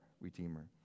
redeemer